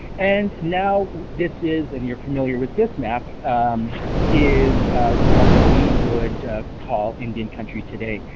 and now this is and you're familiar with this map is what we would call indian countries today,